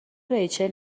ریچل